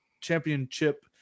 championship